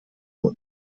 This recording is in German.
und